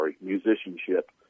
musicianship